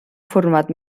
format